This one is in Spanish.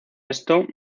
esto